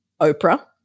Oprah